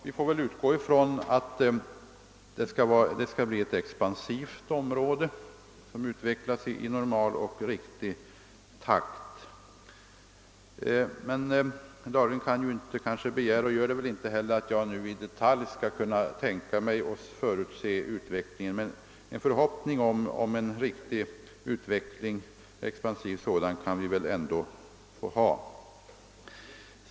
Vi får väl förutsätta att denna verksamhet skall utgöra ett expansivt område som utvecklas i normal och riktig takt. Herr Dahlgren kan inte begära och gör det inte heller, att jag nu i detalj skall kunna tänka mig in i och förutse denna utveckling, men vi får väl som sagt hoppas att den skall bli riktig och expansiv.